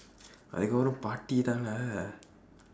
I gonna party தான்:thaan lah